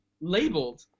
labeled